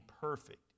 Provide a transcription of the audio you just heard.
perfect